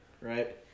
right